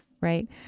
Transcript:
Right